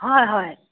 হয় হয়